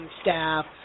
staff